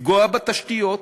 לפגוע בתשתיות.